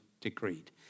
decreed